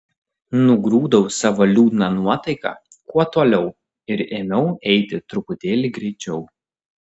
nugrūdau savo liūdną nuotaiką kuo toliau ir ėmiau eiti truputėlį greičiau